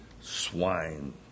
swine